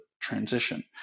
transition